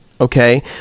okay